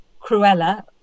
Cruella